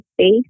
space